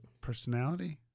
personality